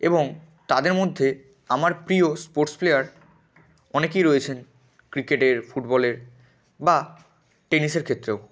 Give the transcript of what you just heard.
এবং তাদের মধ্যে আমার প্রিয় স্পোর্টস প্লেয়ার অনেকেই রয়েছেন ক্রিকেটের ফুটবলের বা টেনিসের ক্ষেত্রেও